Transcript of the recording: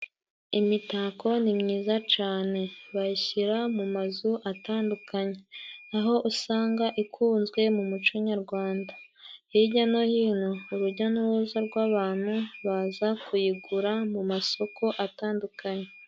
Imitako ni myiza cane. Bayishyira mu mazu atandukanye. Aho usanga ikunzwe mu muco nyarwanda. Hirya no hino urujya n'uruza rw'abantu baza kuyigura mu masoko atandukanye.